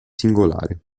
singolare